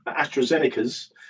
AstraZeneca's